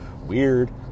Weird